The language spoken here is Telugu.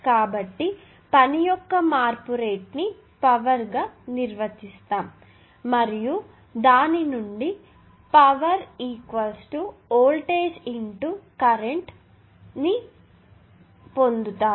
కాబట్టి పని యొక్క మార్పు రేటుని పవర్ గా నిర్వచిస్తాము మరియు దాని నుండి పవర్ వోల్టేజ్కరెంట్ ఈ నిర్వచనం పొందుతారు